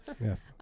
Yes